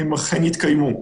הם אכן יתקיימו.